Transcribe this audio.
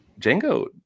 Django